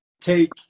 take